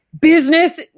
business